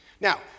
Now